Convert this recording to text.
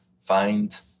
find